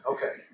Okay